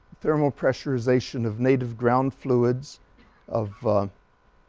thermal pressurization of native ground fluids of